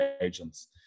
agents